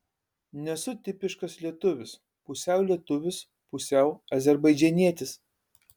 nesu tipiškas lietuvis pusiau lietuvis pusiau azerbaidžanietis